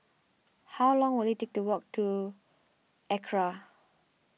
how long will it take to walk to Acra